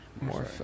More